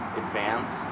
advance